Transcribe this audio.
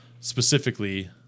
specifically